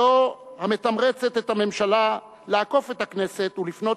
זו המתמרצת את הממשלה לעקוף את הכנסת ולפנות